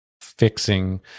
fixing